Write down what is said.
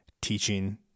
teaching